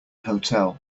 hotel